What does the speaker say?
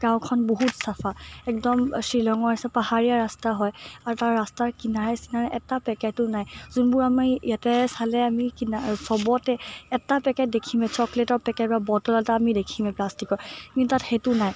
গাঁওখন বহুত চাফা একদম শ্বিলঙৰ নিচিনা পাহাৰীয়া ৰাস্তা হয় আৰু তাৰ ৰাস্তাৰ কিনাৰে চিনাৰে এটা পেকেটো নাই যোনবোৰ আমি ইয়াতে চালে আমি কিনা সবতে এটা পেকেট দেখিমেই চকলেটৰ পেকেট বা বটল এটা আমি দেখিমেই প্লাষ্টিকৰ কিন্তু তাত সেইটো নাই